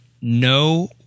no